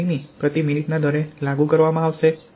5 મીમી પ્રતિ મિનિટના દરે લાગુ કરવામાં આવશે